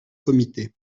comité